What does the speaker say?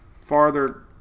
farther